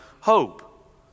hope